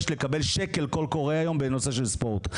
לקבל שקל קול קורא היום בנושא של ספורט.